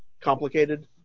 complicated